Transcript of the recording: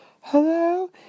Hello